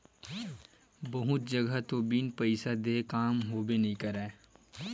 बहुत जघा तो बिन पइसा देय काम होबे नइ करय